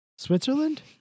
Switzerland